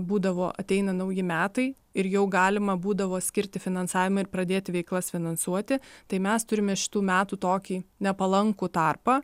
būdavo ateina nauji metai ir jau galima būdavo skirti finansavimą ir pradėti veiklas finansuoti tai mes turime šitų metų tokį nepalankų tarpą